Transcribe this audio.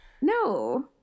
No